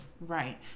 Right